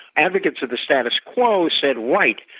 advocates of the status quo said, right,